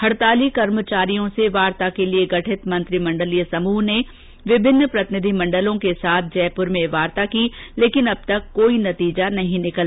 हड़ताली कर्मचारियों से वार्ता के लिए गठित मंत्रिमण्डलीय समूह ने विभिन्न प्रतिनिधि मंडलों के साथ जयपुर में वार्ता की लेकिन अब तक कोई नतीजा नहीं निकला